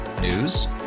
News